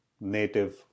native